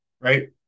right